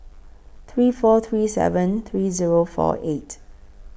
three four three seven three Zero four eight